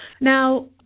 Now